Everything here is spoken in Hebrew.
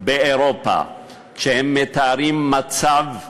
באירופה כשהם מתארים מצב מבהיל,